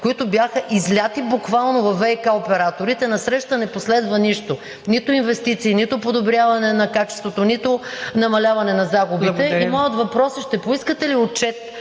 които бяха излети буквално във ВиК операторите, насреща не последва нищо – нито инвестиции, нито подобряване на качеството, нито намаляване на загубите. Моят въпрос е: ще поискате ли отчет